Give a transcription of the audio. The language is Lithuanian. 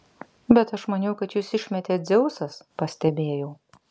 bet aš maniau kad jus išmetė dzeusas pastebėjau